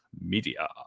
Media